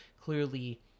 clearly